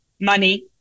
money